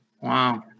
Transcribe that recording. Wow